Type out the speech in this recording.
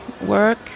work